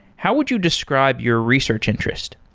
how would you describe your research interest?